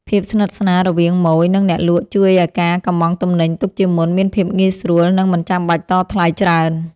ភាពស្និទ្ធស្នាលរវាងម៉ូយ និងអ្នកលក់ជួយឱ្យការកុម្ម៉ង់ទំនិញទុកជាមុនមានភាពងាយស្រួល និងមិនចាំបាច់តថ្លៃច្រើន។